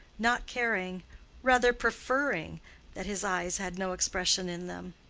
not caring rather preferring that his eyes had no expression in them.